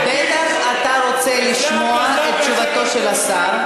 בטח אתה רוצה לשמוע את תשובתו של השר.